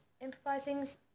improvising's